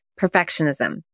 perfectionism